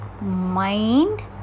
mind